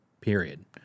period